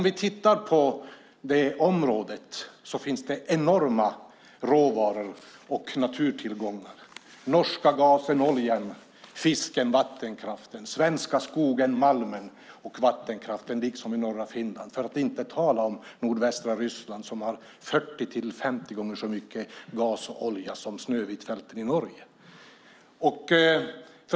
I det området finns det enorma råvaror och naturtillgångar: den norska gasen, oljan, fisken och vattenkraften, den svenska skogen, malmen och vattenkraften, liksom i norra Finland, för att inte tala om nordvästra Ryssland som har 40-50 gånger så mycket gas och olja som Snövitfältet i Norge.